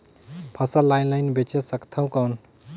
फसल ला ऑनलाइन बेचे सकथव कौन?